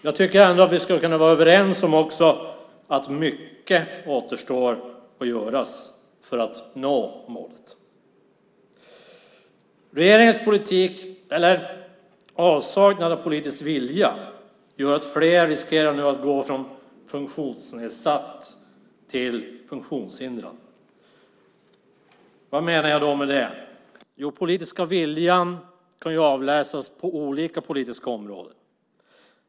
Jag tycker ändå att vi skulle kunna vara överens om att mycket återstår att göra för att nå målet. Regeringens politik, eller avsaknad av politisk vilja, gör att flera nu riskerar att gå från funktionsnedsatt till funktionshindrad. Vad menar jag då med det? Den politiska viljan kan ju avläsas på olika politiska områden.